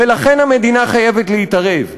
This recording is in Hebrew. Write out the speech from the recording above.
ולכן המדינה חייבת להתערב.